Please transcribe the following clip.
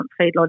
feedlot